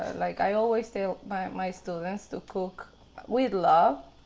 ah like i always tell my my students to cook with love.